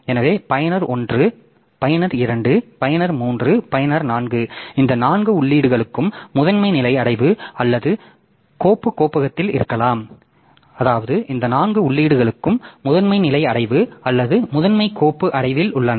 எனவே பயனர் 1 பயனர் 2 பயனர் 3 பயனர் 4 இந்த நான்கு உள்ளீடுகளும் முதன்மை நிலை அடைவு அல்லது முதன்மை கோப்பு அடைவில் உள்ளன